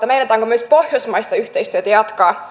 meinataanko myös pohjoismaista yhteistyötä jatkaa